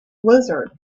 blizzard